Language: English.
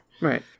Right